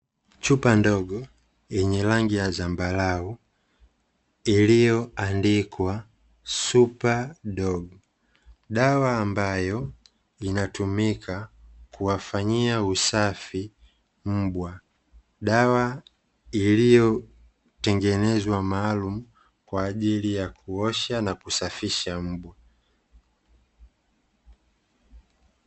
Chupa ndogo yenye rangi ya zambarau iliyoandikwa "SUPERDOG". Dawa ambayo inatumika kuwafanyia usafi mbwa. Dawa iliyotengenezwa maalumu kwa ajili ya kuosha na kusafisha mbwa.